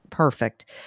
Perfect